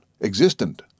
existent